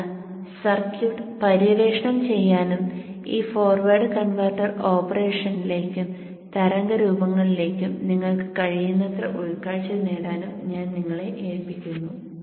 അതിനാൽ സർക്യൂട്ട് പര്യവേക്ഷണം ചെയ്യാനും ഈ ഫോർവേഡ് കൺവെർട്ടർ ഓപ്പറേഷനിലേക്കും തരംഗ രൂപങ്ങളിലേക്കും നിങ്ങൾക്ക് കഴിയുന്നത്ര ഉൾക്കാഴ്ച നേടാനും ഞാൻ നിങ്ങളെ ഏൽപ്പിക്കുന്നു